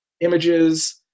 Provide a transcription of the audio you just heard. images